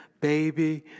baby